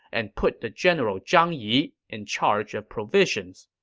and put the general zhang yi in charge of provisions.